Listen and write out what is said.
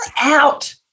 out